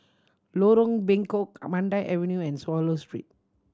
Lorong Bengkok Avenue and Swallow Street